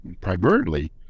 primarily